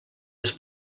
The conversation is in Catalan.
les